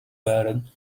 warren